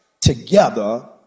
together